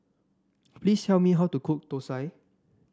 please tell me how to cook thosai